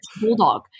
bulldog